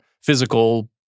physical